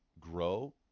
grow